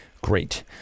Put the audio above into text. Great